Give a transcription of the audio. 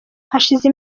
hashize